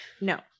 no